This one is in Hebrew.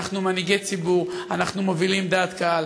אנחנו מנהיגי ציבור, אנחנו מובילים דעת קהל.